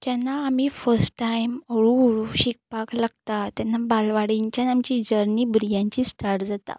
जेन्ना आमी first time हळू हळू शिकपाक लागता तेन्ना बालवाडींच्यान आमची जर्नी भुरग्यांची स्टार्ट जाता